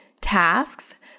tasks